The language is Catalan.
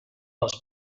les